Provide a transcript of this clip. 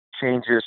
changes